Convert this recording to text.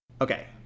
Okay